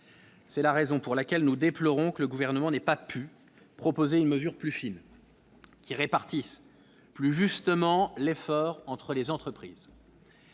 c'est la raison pour laquelle nous déplorons que le gouvernement n'ait pas pu proposer une mesure plus fine qui répartissent plus justement l'effort entre les entreprises.